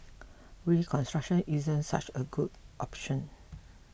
reconstruction isn't such a good option